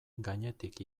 gainetik